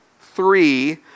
three